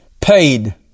paid